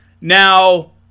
Now